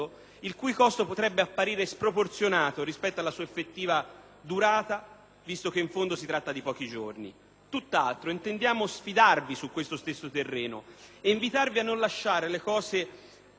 visto che in fondo si tratta di pochi giorni. Tutt'altro, intendiamo sfidarvi su questo stesso terreno e invitarvi a non lasciare le cose a metà, ma a predisporre ogni sforzo organizzativo ed economico